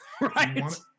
right